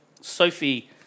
Sophie